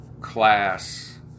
class